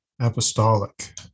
Apostolic